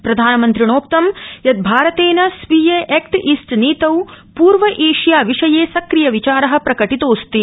प्रधानमन्त्रिणोक्तं यत् भारतेन स्वीय एक ईस्ट जीतौ पूर्व एशिया विषये सक्रिय विचार प्रका त्रीऽस्ति